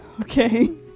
Okay